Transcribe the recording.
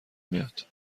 میاد